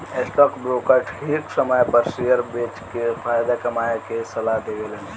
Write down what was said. stock broker ठीक समय पर शेयर बेच के फायदा कमाये के सलाह देवेलन